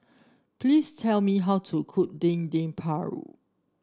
please tell me how to cook Dendeng Paru